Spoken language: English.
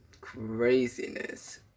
craziness